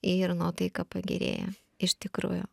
ir nuotaika pagerėja iš tikrųjų